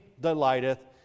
delighteth